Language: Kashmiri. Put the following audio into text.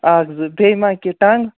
اکھ زٕ بیٚیہِ مہ کیٚنٛہہ ٹَنگ